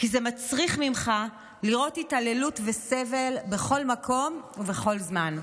כי זה מצריך ממך לראות התעללות וסבל בכל מקום ובכל זמן.